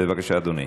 בבקשה, אדוני.